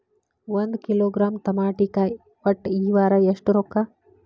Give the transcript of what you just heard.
ಒಂದ್ ಕಿಲೋಗ್ರಾಂ ತಮಾಟಿಕಾಯಿ ಒಟ್ಟ ಈ ವಾರ ಎಷ್ಟ ರೊಕ್ಕಾ?